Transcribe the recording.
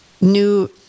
new